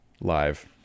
live